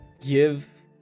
give